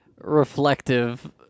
reflective